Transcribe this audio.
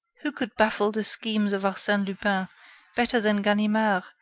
who could baffle the schemes of arsene lupin better than ganimard,